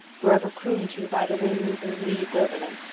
forever crooned to by the winds and leaves over them,